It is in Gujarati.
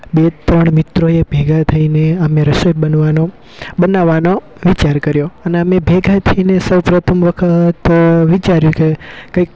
બે ત્રણ મિત્રોએ ભેગા થઈને અમે રસોઈ બનવાનો બનાવવાનો વિચાર કર્યો અને અમે ભેગા થઈને સૌપ્રથમ વખત વિચાર્યું કે કંઈક